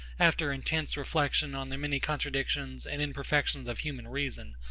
after intense reflection on the many contradictions and imperfections of human reason,